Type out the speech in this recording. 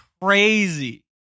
crazy